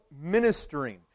ministering